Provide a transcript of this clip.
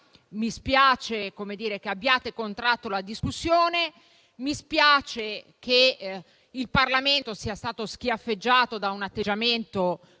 mi spiace che abbiate contratto la discussione, mi spiace che il Parlamento sia stato schiaffeggiato da un atteggiamento tutto